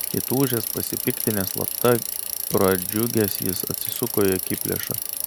įtūžęs pasipiktinęs slapta pradžiugęs jis atsisuko į akiplėšą